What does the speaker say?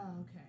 okay